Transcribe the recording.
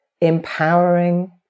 empowering